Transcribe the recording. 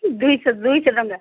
ଦୁଇଶହ ଦୁଇଶହ ଟଙ୍କା